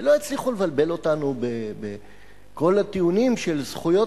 ולא יצליחו לבלבל אותנו בכל הטיעונים של זכויות